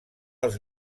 als